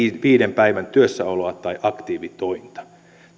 viiden päivän työssäoloa tai aktiivitointa